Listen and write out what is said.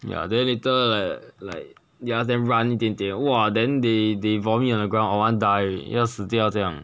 yeah then later like like you ask them run then they !wah! then they they vomit on the ground or want die 要死掉这样